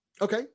Okay